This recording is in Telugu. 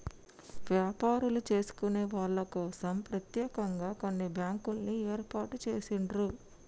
వ్యాపారాలు చేసుకునే వాళ్ళ కోసం ప్రత్యేకంగా కొన్ని బ్యాంకుల్ని ఏర్పాటు చేసిండ్రు